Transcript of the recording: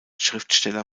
schriftsteller